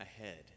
ahead